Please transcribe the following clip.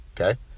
Okay